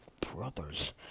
brothers